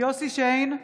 יוסף שיין,